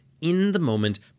in-the-moment